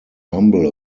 humble